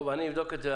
טוב, אני אבדוק את זה.